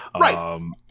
Right